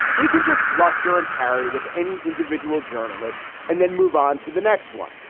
he can just bluster and parry with any individual journalist and then move on to the next one.